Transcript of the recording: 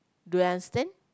do you understand